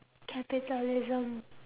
capitalism